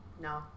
No